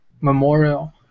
memorial